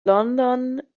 london